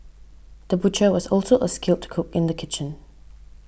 the butcher was also a skilled cook in the kitchen